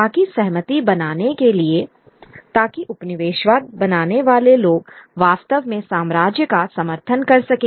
ताकि सहमति बनाने के लिए ताकि उपनिवेश बनाने वाले लोग वास्तव में साम्राज्य का समर्थन कर सकें